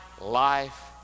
life